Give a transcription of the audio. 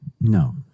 No